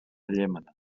llémena